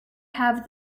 have